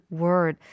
word